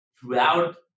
throughout